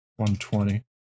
120